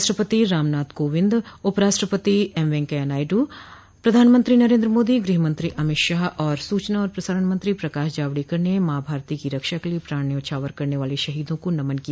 राष्ट्रपति रामनाथ कोविंद उप राष्ट्ररपति एम वेंकैया नायडू प्रधानमंत्री नरेन्द्र मोदी गृह मंत्री अमित शाह और सूचना और प्रसारण मंत्री प्रकाश जावड़ेकर ने माँ भारती की रक्षा के लिए प्राण न्यौछावर करने वाले शहीदों को नमन किया